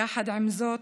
יחד עם זאת,